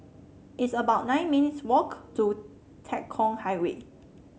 it's about nine minutes' walk to Tekong Highway